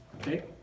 okay